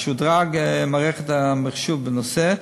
תשודרג מערכת המחשוב בנושא,